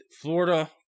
Florida